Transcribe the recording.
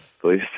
Please